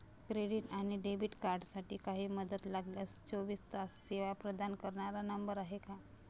Credit आणि debit कार्डसाठी काही मदत लागल्यास चोवीस तास सेवा प्रदान करणारा नंबर आहे का?